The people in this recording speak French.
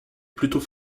plutôt